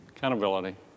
Accountability